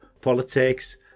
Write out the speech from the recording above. politics